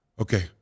okay